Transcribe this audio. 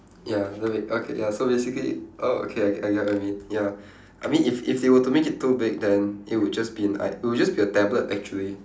ya then like okay ya so basically oh okay I get get what you mean ya I mean if if they were to make it too big then it will just be an i~ it would just be a tablet actually